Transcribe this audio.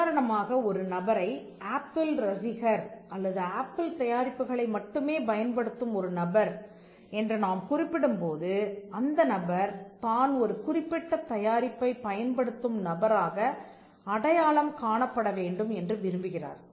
உதாரணமாக ஒரு நபரை ஆப்பிள் ரசிகர் அல்லது ஆப்பிள் தயாரிப்புகளை மட்டுமே பயன்படுத்தும் ஒரு நபர் என்று நாம் குறிப்பிடும் போது அந்த நபர் தான் ஒரு குறிப்பிட்ட தயாரிப்பைப் பயன்படுத்தும் நபராக அடையாளம் காணப்பட வேண்டும் என்று விரும்புகிறார்